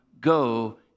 go